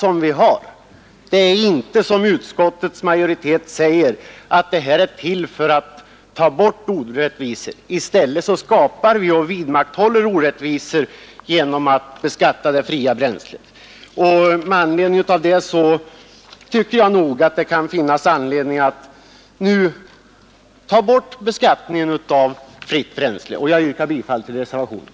Bestämmelsen är inte, som utskottsmajoriteten säger, till för att ta bort orättvisor; i stället skapar den och vidmakthåller orättvisor. Jag tycker därför att det kan finnas anledning att nu ta bort beskattningen av fritt bränsle. Jag yrkar bifall till reservationen.